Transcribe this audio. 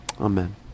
Amen